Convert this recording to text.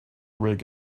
rig